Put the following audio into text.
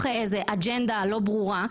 מתוך איזו אג'נדה לא ברורה,